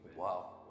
Wow